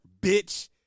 bitch